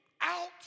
out